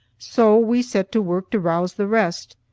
so we set to work to rouse the rest,